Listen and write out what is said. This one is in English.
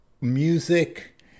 music